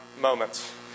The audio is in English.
moments